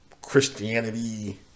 Christianity